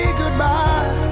goodbye